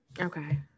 okay